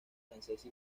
francesa